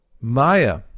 Maya